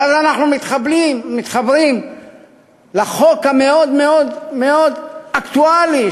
אבל אנחנו מתחברים לחוק המאוד מאוד מאוד אקטואלי,